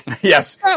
Yes